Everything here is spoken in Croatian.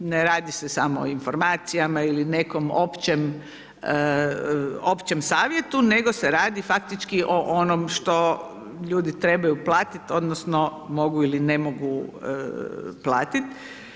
Ne radi se samo o informacijama ili nekom općem savjetu, nego se radi faktički o onom što ljudi trebaju platiti, odnosno, mogu ili ne mogu platiti.